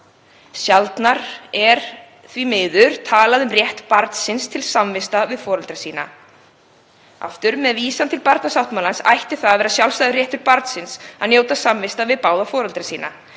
Sjaldnar er talað um rétt barnsins til samvista við foreldra sína. Með vísan til barnasáttmálans ætti það að vera sjálfstæður réttur barnsins að njóta samvista við báða foreldra sína.